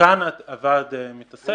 בזה הוועד מתעסק.